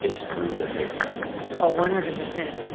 is through the creative arts oh, one hundred percent.